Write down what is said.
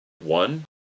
one